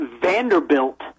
Vanderbilt